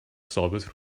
ثابت